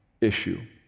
issue